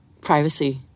privacy